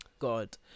god